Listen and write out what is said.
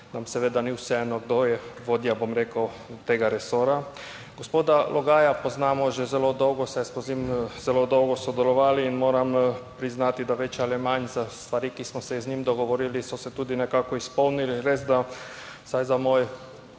nam seveda ni vseeno kdo je vodja, bom rekel, tega resorja. Gospoda Logaja poznamo že zelo dolgo, saj smo z njim zelo dolgo sodelovali in moram priznati, da več ali manj za stvari, ki smo se z njim dogovorili, so se tudi nekako izpolnili. Res, da vsaj za moj